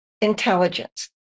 Intelligence